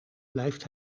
blijft